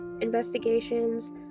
investigations